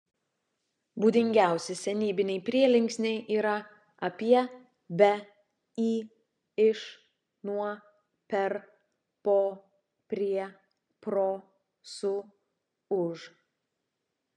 būdingiausi senybiniai prielinksniai yra apie be į iš nuo per po prie pro su už